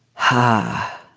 huh?